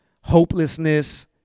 hopelessness